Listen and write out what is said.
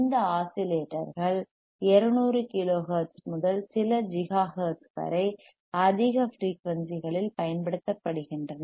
இந்த ஆஸிலேட்டர்கள் 200 கிலோஹெர்ட்ஸ் முதல் சில ஜிகாஹெர்ட்ஸ் வரை அதிக ஃபிரீயூன்சிகளில் பயன்படுத்தப்படுகின்றன